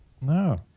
No